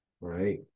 right